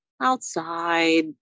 outside